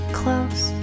close